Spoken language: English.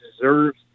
deserves